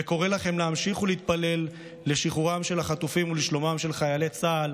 ואני קורא לכם להמשיך ולהתפלל לשחרורם של החטופים ולשלומם של חיילי צה"ל